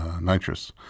nitrous